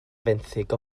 fenthyg